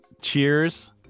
Cheers